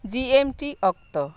ᱡᱤ M T ᱚᱠᱛᱚ